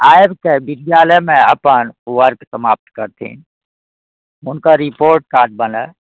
आबिके विद्यालयमे अपन वर्क समाप्त करथिन हुनकर रिपोर्ट कार्ड बनै